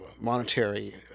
monetary